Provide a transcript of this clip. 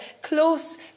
close